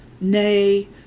Nay